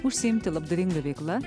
užsiimti labdaringa veikla